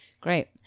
great